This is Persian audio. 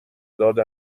داد